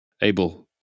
Abel